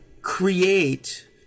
create